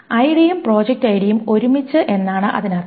ഐഡിയും പ്രൊജക്റ്റ് ഐഡിയും ഒരുമിച്ച് എന്നാണ് അതിനർത്ഥം